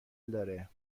داره